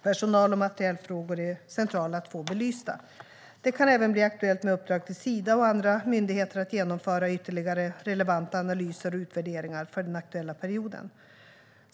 Personal och materielfrågor är centrala att få belysta. Det kan även bli aktuellt med uppdrag till Sida och andra myndigheter att genomföra ytterligare relevanta analyser och utvärderingar för den aktuella perioden.